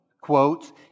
quotes